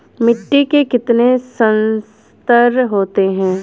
मिट्टी के कितने संस्तर होते हैं?